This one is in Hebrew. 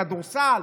כדורסל,